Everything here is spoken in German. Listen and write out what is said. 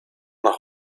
nach